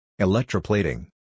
Electroplating